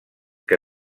que